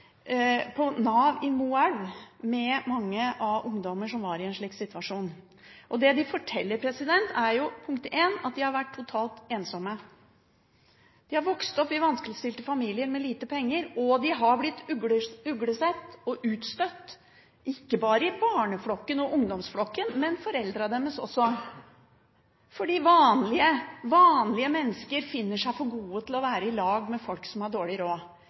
hos Nav i Moelv med mange ungdommer som var i en slik situasjon. Det de forteller, er at de har vært totalt ensomme – de har vokst opp i vanskeligstilte familier med lite penger, og de har blitt uglesett og utstøtt, ikke bare i barneflokken og ungdomsflokken, men av foreldrene sine også – fordi vanlige mennesker finner seg for gode til å være i lag med folk som har dårlig råd,